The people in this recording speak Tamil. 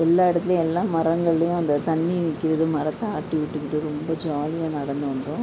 எல்லா இடத்துலையும் எல்லா மரங்கள்லையும் அந்த தண்ணி நிற்கிறது மரத்தை ஆட்டி விட்டுக்கிட்டு ரொம்ப ஜாலியாக நடந்து வந்தோம்